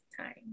time